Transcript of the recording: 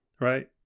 Right